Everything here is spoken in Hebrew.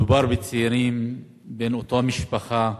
מדובר בצעירים בני אותה משפחה,